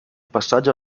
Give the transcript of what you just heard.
passaggio